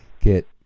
get